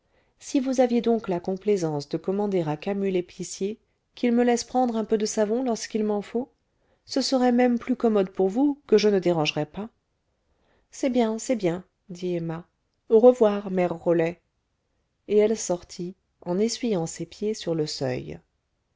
si vous aviez donc la complaisance de commander à camus l'épicier qu'il me laisse prendre un peu de savon lorsqu'il m'en faut ce serait même plus commode pour vous que je ne dérangerais pas c'est bien c'est bien dit emma au revoir mère rolet et elle sortit en essuyant ses pieds sur le seuil